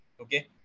Okay